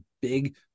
big